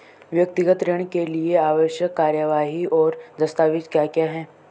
व्यक्तिगत ऋण के लिए आवश्यक कार्यवाही और दस्तावेज़ क्या क्या हैं?